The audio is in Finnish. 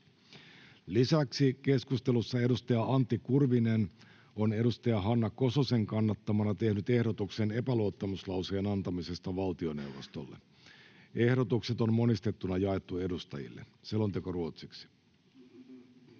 Lisäksi keskustelussa edustaja Antti Kurvinen on edustaja Hanna Kososen kannattamana tehnyt ehdotuksen epäluottamuslauseen antamisesta valtioneuvostolle. Ehdotukset on monistettuna jaettu edustajille. (Pöytäkirjan